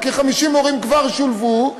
וכ-50 מורים כבר שולבו,